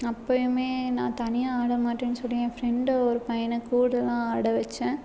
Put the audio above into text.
அப்போயுமே நான் தனியாக ஆடமாட்டேன்னு சொல்லி என் ஃப்ரெண்டை ஒரு பையன் கூடலாம் ஆட வச்சேன்